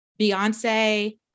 Beyonce